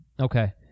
Okay